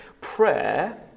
Prayer